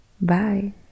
bye